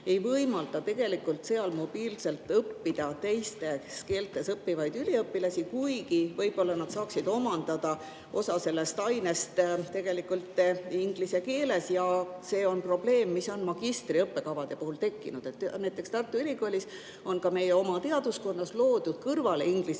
ei võimalda tegelikult sellel [õppekaval] mobiilselt õppida teistes keeltes õppivatel üliõpilastel, kuigi võib-olla nad saaksid omandada osa sellest ainest inglise keeles? See on probleem, mis on magistriõppekavade puhul tekkinud. Näiteks Tartu Ülikoolis on ka meie oma teaduskonnas loodud kõrvale ingliskeelne